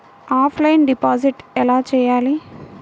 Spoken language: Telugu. ఆఫ్లైన్ డిపాజిట్ ఎలా చేయాలి?